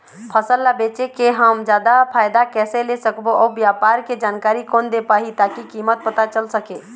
फसल ला बेचे के हम जादा फायदा कैसे ले सकबो अउ व्यापार के जानकारी कोन दे पाही ताकि कीमत पता चल सके?